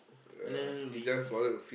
and then we